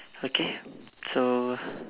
okay so